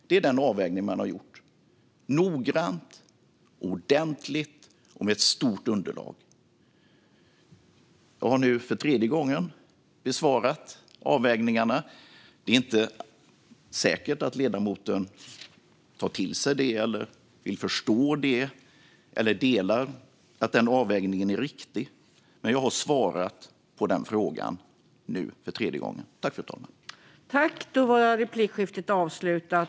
Detta är den avvägning man har gjort - noggrant, ordentligt och med ett stort underlag. Jag har nu för tredje gången besvarat frågan om avvägningarna. Det är inte säkert att ledamoten tar till sig detta, vill förstå det eller håller med om att denna avvägning är riktig, men jag har nu för tredje gången svarat på denna fråga.